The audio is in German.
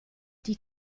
die